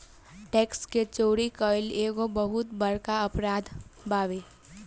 tax के चोरी कईल एगो बहुत बड़का अपराध बावे